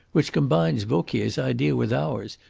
which combines vauquier's idea with ours,